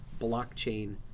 blockchain